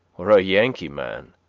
or a yankee man.